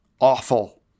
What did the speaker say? awful